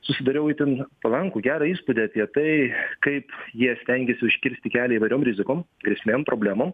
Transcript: susidariau itin palankų gerą įspūdį apie tai kaip jie stengiasi užkirsti kelią įvairiom rizikom vyresnėm problemom